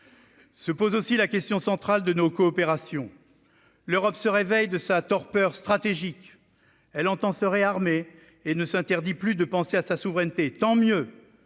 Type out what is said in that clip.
Se pose aussi la question centrale de nos coopérations. L'Europe se réveille de sa torpeur stratégique. Elle entend se réarmer et ne s'interdit plus de penser à sa souveraineté. Tant mieux,